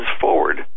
forward